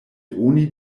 oni